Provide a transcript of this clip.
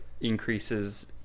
increases